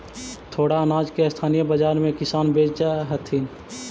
थोडा अनाज के स्थानीय बाजार में किसान बेचऽ हथिन